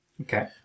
okay